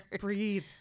Breathe